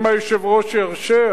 אם היושב-ראש ירשה,